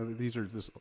these are just,